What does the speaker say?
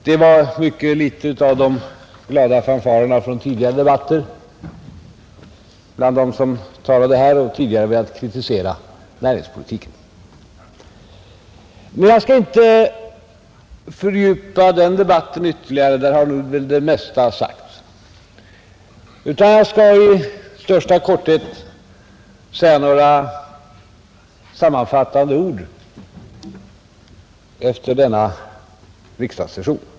Det fanns mycket litet av de glada fanfarerna från tidigare debatter hos de talare i dag som förut har velat kritisera näringspolitiken. Men jag skall inte fördjupa mig ytterligare i den här debatten — där har väl det mesta sagts — utan jag skall i största korthet säga några sammanfattande ord efter denna riksdagssession.